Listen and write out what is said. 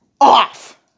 off